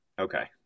Okay